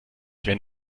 wenn